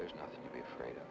there's nothing to be afraid of